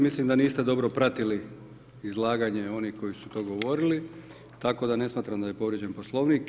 Mislim da niste dobro pratili izlaganje onih koji su to govorili tako da ne smatram da je povrijeđen Poslovnik.